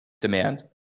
demand